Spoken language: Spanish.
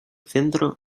centro